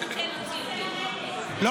אל תיתן לו ציונים.